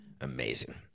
Amazing